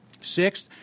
Sixth